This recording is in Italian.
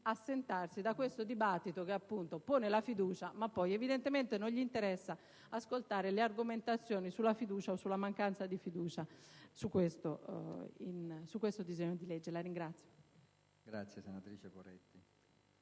assentarsi da questo dibattito: pone la questione di fiducia ma poi evidentemente non gli interessa ascoltare le argomentazioni sulla fiducia o sulla mancanza di fiducia su questo disegno di legge. *(Applausi della senatrice Fontana).*